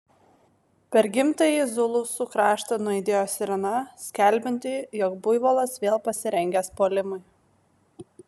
per gimtąjį zulusų kraštą nuaidėjo sirena skelbianti jog buivolas vėl pasirengęs puolimui